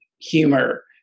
humor